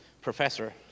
professor